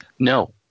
No